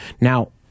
Now